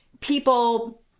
people